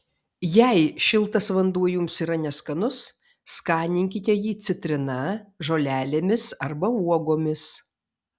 jei šiltas vanduo jums yra neskanus skaninkite jį citrina žolelėmis arba uogomis